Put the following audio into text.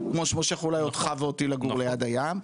כמו שמושך אולי אותך ואותי לגור ליד הים,